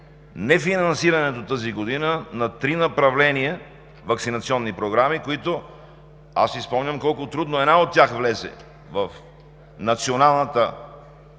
нефинансирането през тази година на три направления ваксинационни програми. Аз си спомням колко трудно една от тях влезе в Националната